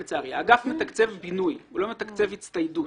מתקצב בינוי והוא לא מתקצב הצטיידות.